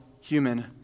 human